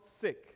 sick